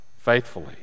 Faithfully